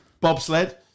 bobsled